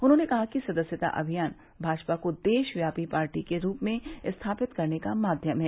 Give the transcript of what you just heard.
उन्होंने कहा कि सदस्यता अभियान भाजपा को देशव्यापी पार्टी के रूप में स्थापित करने का माध्यम है